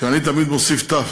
ואני תמיד מוסיף תי"ו,